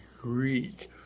Greek